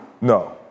No